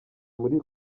muri